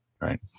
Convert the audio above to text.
Right